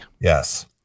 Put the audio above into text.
yes